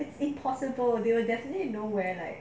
it's impossible okay they definitely you know where like